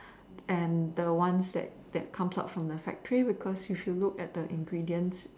and the ones that that comes out from the factory because you should see the ingredients